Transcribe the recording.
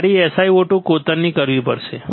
મારે SiO2 કોતરણી કરવી પડશે